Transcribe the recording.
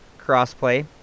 crossplay